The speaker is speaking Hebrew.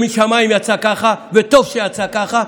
משמיים זה יצא ככה, וטוב שיצא ככה,